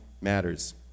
matters